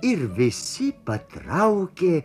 ir visi patraukė